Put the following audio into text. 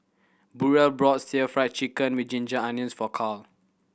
Burrell brought still Fry Chicken with ginger onions for Karl